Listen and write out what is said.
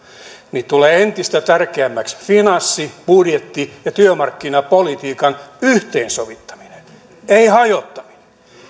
niin tulee entistä tärkeämmäksi finanssi budjetti ja työmarkkinapolitiikan yhteensovittaminen ei hajottaminen